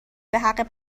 بحق